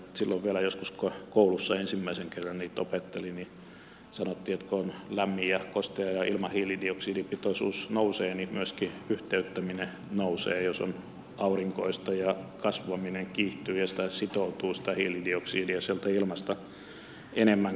silloin vielä joskus kun koulussa ensimmäisen kerran niitä opetteli sanottiin että kun on lämmin ja kostea ja ilman hiilidioksidipitoisuus nousee niin myöskin yhteyttäminen nousee jos on aurinkoista ja kasvaminen kiihtyy ja sitoutuu sitä hiilidioksidia sieltä ilmasta enemmän kasveihin